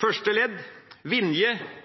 første ledd i Vinjes versjon heter det: